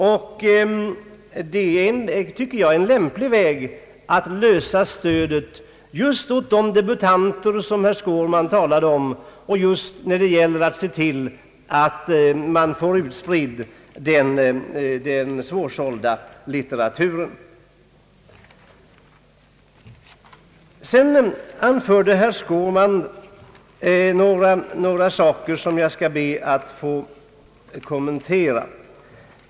Det är enligt min mening en lämplig väg att lösa frågan om stödet åt de debutanter som herr Skårman talade om och just när det gäller att se till att få den svårsålda litteraturen spridd. Herr Skårman gjorde vidare några uttalanden som jag skall be att få kommentera.